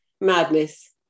Madness